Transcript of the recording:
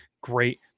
great